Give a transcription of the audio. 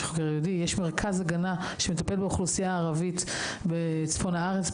יש מרכז הגנה שמטפל באוכלוסייה ערבית בצפון הארץ,